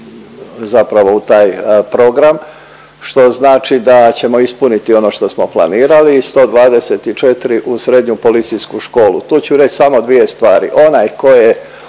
zapravo u taj program, što znači da ćemo ispuniti ono što smo planirali i 124 u Srednju policijsku školu. Tu ću reć samo dvije stvari. Onaj tko je